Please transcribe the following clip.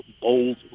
bold